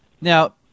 Now